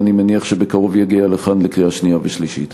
ואני מניח שבקרוב יגיע לכאן לקריאה שנייה ושלישית.